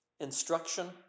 Instruction